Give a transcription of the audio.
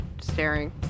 staring